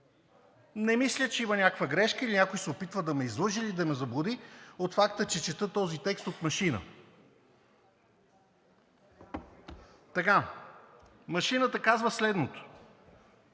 Не мисля, че има някаква грешка или че някой се опитва да ме излъже, или да ме заблуди от факта, че чета този текст от машина. Така. Машината казва следното: